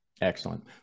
Excellent